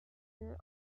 year